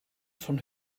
von